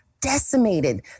Decimated